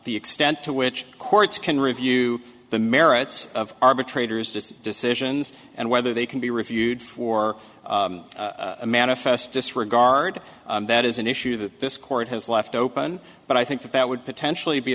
the extent to which courts can review the merits of arbitrators to decisions and whether they can be reviewed for a manifest disregard that is an issue that this court has left open but i think that would potentially be